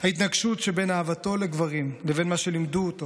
ההתנגשות שבין אהבתו לגברים לבין מה שלימדו אותו,